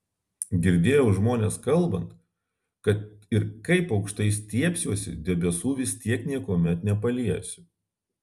girdėjau žmones kalbant kad ir kaip aukštai stiebsiuosi debesų vis tiek niekuomet nepaliesiu